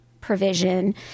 provision